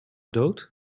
dood